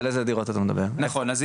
נכון.